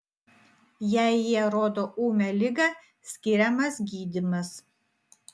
jei jie rodo ūmią ligą skiriamas gydymas